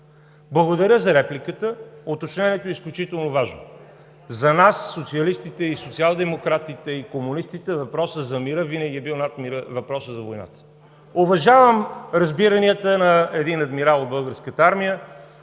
Благодаря за репликата. Уточнението е изключително важно! За нас, социалистите, социалдемократите и комунистите въпросът за мира винаги е бил над въпроса за войната. Уважавам разбиранията на един адмирал от Българската армия,